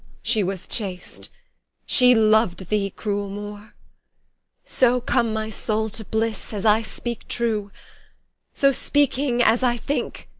she was chaste she lov'd thee, cruel moor so come my soul to bliss, as i speak true so speaking as i think,